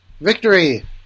victory